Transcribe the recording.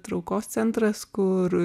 traukos centras kur